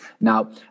Now